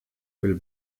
viel